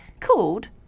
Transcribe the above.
called